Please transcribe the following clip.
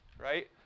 right